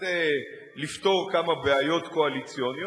כדי לפתור כמה בעיות קואליציוניות,